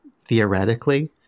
theoretically